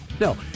no